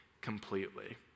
completely